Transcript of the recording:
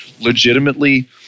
legitimately